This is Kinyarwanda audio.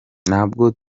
ntabwo